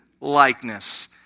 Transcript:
likeness